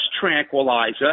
tranquilizer